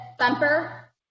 Bumper